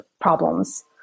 problems